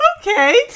Okay